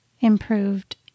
improved